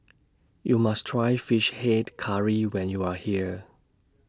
YOU must Try Fish Head Curry when YOU Are here